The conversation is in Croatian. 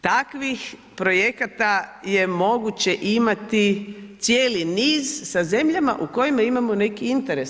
Takvih projekata je moguće imati cijeli niz sa zemljama u kojima imamo neki interes.